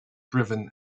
driven